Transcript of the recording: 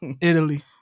Italy